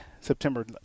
September